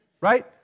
right